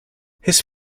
his